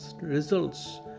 results